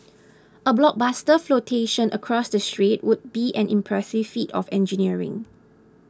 a blockbuster flotation across the strait would be an impressive feat of engineering